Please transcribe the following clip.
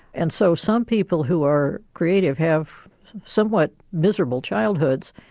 and so some people who are creative have somewhat miserable childhoods.